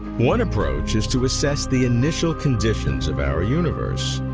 one approach is to assess the initial conditions of our universe.